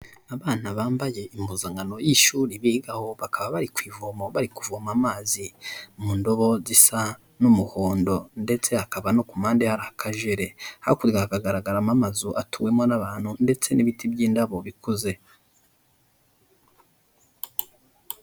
Abana bambaye impuzankano y'ishuri bigaho, bakaba bari ku ivomo bari kuvoma amazi mu ndobo zisa n'umuhondo, ndetse hakaba no ku mpande hari akajere, hakurya hakagaragaramo amazu atuwemo n'abantu ndetse n'ibiti by'indabo bikuze.